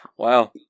Wow